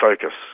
focus